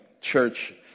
church